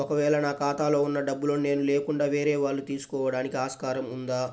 ఒక వేళ నా ఖాతాలో వున్న డబ్బులను నేను లేకుండా వేరే వాళ్ళు తీసుకోవడానికి ఆస్కారం ఉందా?